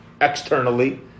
externally